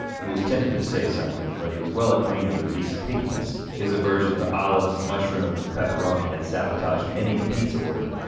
he was tempted to say something, but he was well acquainted with leaf's pickiness. his aversion to olives, mushroom, and pepperoni had sabotaged many a pizza order,